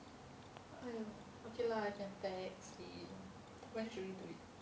!aiyo! okay lah I can text him when should we do it